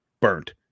burnt